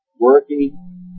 working